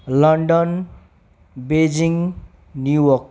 London Beijing New York